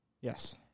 Yes